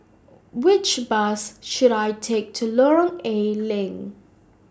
Which Bus should I Take to Lorong A Leng